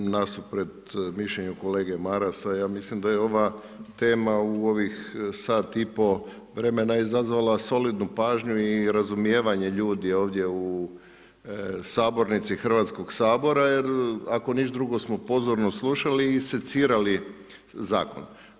Nasuprot mišljenju kolege Marasa, ja mislim da je ova tema u ovih sati i pol vremena izazvala solidnu pažnju i razumijevanje ljudi ovdje u sabornici Hrvatskog Sabora jer ako ništa drugo smo pozorno slušali i secirali Zakon.